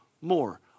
more